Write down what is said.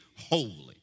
holy